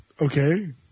okay